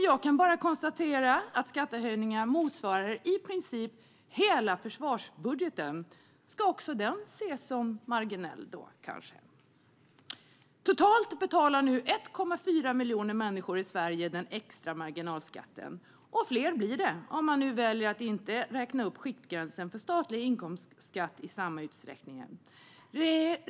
Jag kan bara konstatera att skattehöjningarna motsvarar i princip hela försvarsbudgeten. Ska också den ses som marginell, kanske? Totalt betalar nu 1,4 miljoner människor i Sverige den extrema marginalskatten, och fler blir det när man nu väljer att inte räkna upp skiktgränsen för statlig inkomstskatt i samma utsträckning.